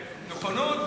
לנכונות,